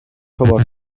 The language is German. komma